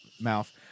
mouth